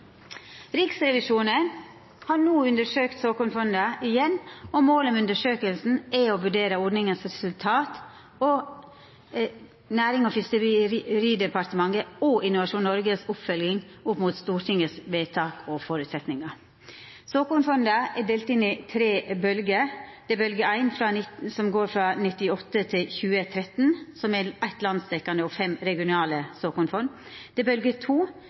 Riksrevisjonen har no undersøkt såkornfonda igjen, og målet med undersøkinga var å vurdera ordningas resultat og Nærings- og fiskeridepartementet og Innovasjon Norges oppfølging opp mot Stortingets vedtak og føresetnadar. Såkornfonda er delte inn i tre bølgjer: bølgje 1, frå 1998–2013, med eitt landsdekkjande og fem regionale såkornfond bølgje 2, frå 2006–2021, med fire landsdekkjande såkornfond, og frå 2006–2023, med fem distriktsretta såkornfond I tillegg er det